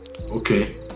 Okay